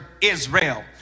Israel